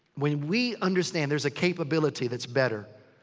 when we understand. there's a capability that's better.